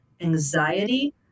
anxiety